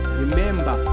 remember